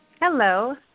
Hello